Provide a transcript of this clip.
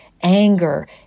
anger